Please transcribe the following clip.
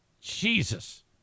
Jesus